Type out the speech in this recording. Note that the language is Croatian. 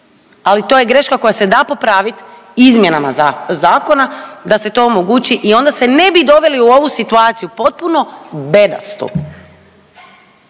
ali to je greška koja se da popraviti izmjenama zakona da se to omogući i onda se ne bi doveli u ovu situaciju potpuno bedastu,